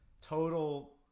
Total